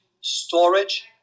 storage